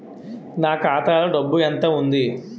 నా ఖాతాలో డబ్బు ఎంత ఉంది?